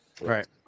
Right